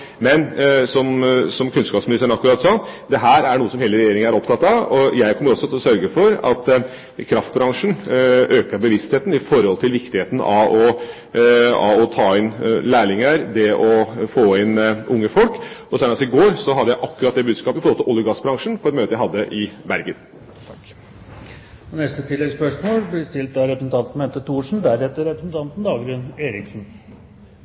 Men som kunnskapsministeren akkurat sa, er dette noe som hele Regjeringa er opptatt av. Jeg kommer også til å sørge for at kraftbransjen øker bevisstheten med tanke på viktigheten av å ta inn lærlinger, det å få inn unge folk. Senest i går hadde jeg akkurat det budskapet til olje- og gassbransjen på et møte jeg hadde i Bergen. Bente Thorsen – til oppfølgingsspørsmål. Mitt spørsmål går da til statsråd Halvorsen. At en stor del av